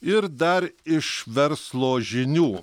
ir dar iš verslo žinių